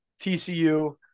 TCU